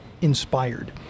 inspired